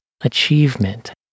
achievement